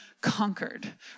conquered